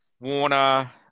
Warner